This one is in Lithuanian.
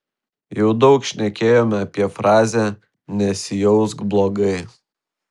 jau daug šnekėjome apie frazę nesijausk blogai